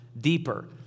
deeper